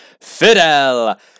Fidel